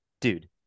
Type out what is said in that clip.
dude